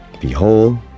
behold